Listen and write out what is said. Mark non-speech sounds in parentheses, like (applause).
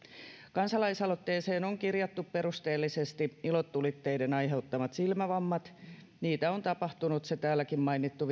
kansalaisaloitteeseen on kirjattu perusteellisesti ilotulitteiden aiheuttamat silmävammat niitä on tapahtunut se täälläkin mainittu (unintelligible)